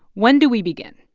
when do we begin?